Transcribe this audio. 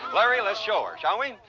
larry, let's show her, shall we?